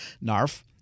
NARF